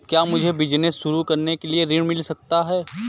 क्या मुझे बिजनेस शुरू करने के लिए ऋण मिल सकता है?